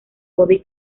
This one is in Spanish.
bobby